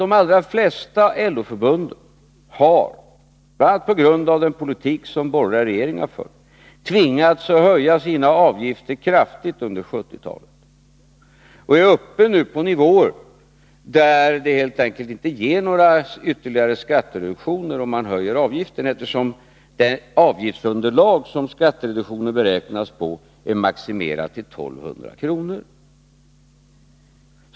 De allra flesta LO-förbunden har — bl.a. på grund av den politik som de borgerliga regeringarna fört — tvingats höja sina avgifter kraftigt under 1970-talet och är nu uppe på nivåer där det helt enkelt inte ger några ytterligare skattereduktioner om man höjer avgiften, eftersom det avgiftsunderlag som skattereduktionen beräknas på är maximerat till 1 200 kr.